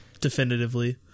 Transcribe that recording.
definitively